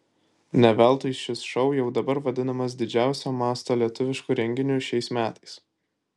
ne veltui šis šou jau dabar vadinamas didžiausio masto lietuvišku renginiu šiais metais